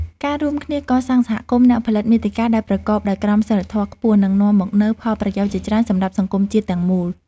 ការរួមគ្នាកសាងសហគមន៍អ្នកផលិតមាតិកាដែលប្រកបដោយក្រមសីលធម៌ខ្ពស់នឹងនាំមកនូវផលប្រយោជន៍ជាច្រើនសម្រាប់សង្គមជាតិទាំងមូល។